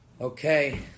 Okay